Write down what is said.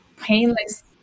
painless